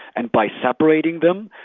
and by separating them,